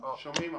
שומעים עכשיו.